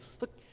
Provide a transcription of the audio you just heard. look